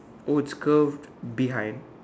oh it's curved behind